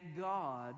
God